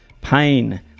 Pain